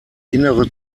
innere